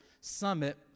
summit